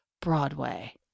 Broadway